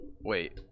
wait